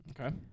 Okay